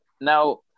Now